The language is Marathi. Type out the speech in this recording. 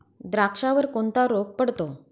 द्राक्षावर कोणता रोग पडतो?